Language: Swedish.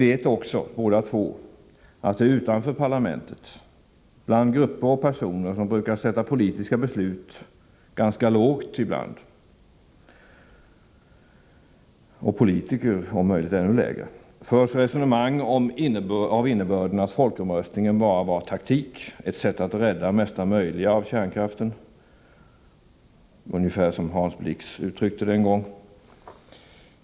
Båda två vet vi att det utanför parlamentet finns grupper och personer som ibland har ganska låga tankar om politiska beslut — och det gäller kanske i ännu större utsträckning politiker. Det förs resonemang av innebörden att folkomröstningen bara var taktik, att den bara var ett sätt att rädda mesta möjliga när det gäller kärnkraften — ungefär så uttryckte sig Hans Blix en gång.